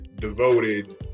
devoted